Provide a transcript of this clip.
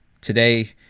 today